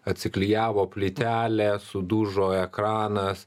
atsiklijavo plytelė sudužo ekranas